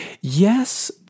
Yes